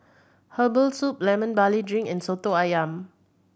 herbal soup Lemon Barley Drink and Soto Ayam